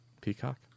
Peacock